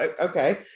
Okay